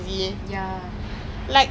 that's why